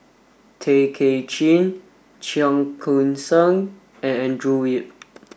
Tay Kay Chin Cheong Koon Seng and Andrew Yip